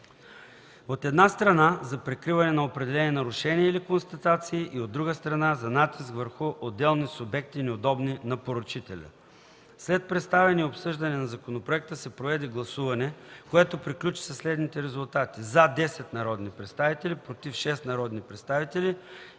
от една страна, за прикриване на определени нарушения или констатации и от друга страна, за натиск върху отделни субекти неудобни на поръчителя. След представяне и обсъждане на законопроекта се проведе гласуване, което приключи със следните резултати: „за” 10 народни представители, „против” 6 народни представители и „въздържал се” – 1 народен представител.